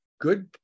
good